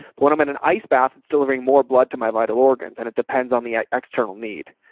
but when i'm in an ice bath, it's delivering more blood to my vital organs and it depends on the external need.